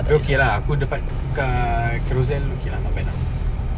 dia okay lah aku dapat kat Carousell okay lah not bad lah